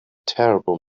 terrible